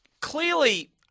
clearly